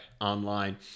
online